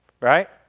Right